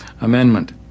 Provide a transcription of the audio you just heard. amendment